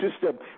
system